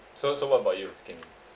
so so what about you Kian Ming